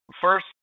first